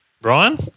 Brian